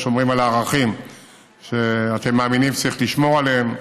ושומרים על ערכים שאתם מאמינים שצריך לשמור עליהם,